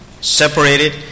separated